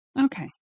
Okay